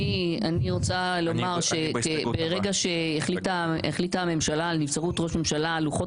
אני רוצה לומר שברגע שהחליטה הממשלה על נבצרות ראש ממשלה לוחות